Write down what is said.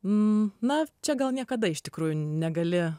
n na čia gal niekada iš tikrųjų negali